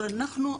ואנחנו,